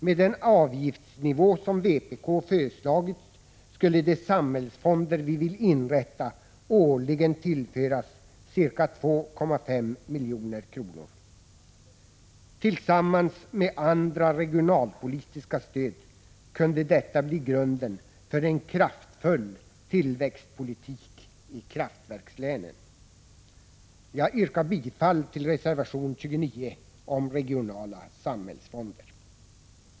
Med den avgiftsnivå som vpk har föreslagit skulle de samhällsfonder vi vill inrätta tillföras ca 2,5 miljarder kronor årligen. Tillsammans med andra regionalpolitiska stöd kunde detta blir grunden för en kraftfull tillväxtpolitik i kraftverkslänen. Jag yrkar bifall till reservation 29 om regionala samhällsfonder.